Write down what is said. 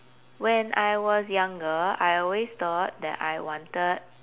when I was younger I always thought that I wanted